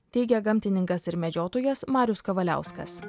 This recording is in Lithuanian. teigia gamtininkas ir medžiotojas marius kavaliauskas